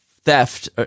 theft